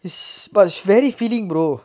but it's very feeling brother